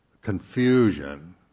confusion